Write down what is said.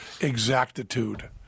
exactitude